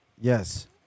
Yes